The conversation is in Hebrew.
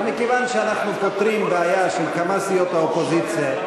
אבל מכיוון שאנחנו פותרים בעיה של כמה סיעות האופוזיציה,